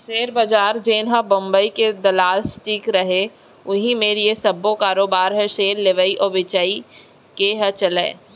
share बजार जेनहा बंबई के दलाल स्टीक रहय उही मेर ये सब्बो कारोबार ह सेयर लेवई अउ बेचई के ह चलय